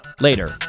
later